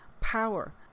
power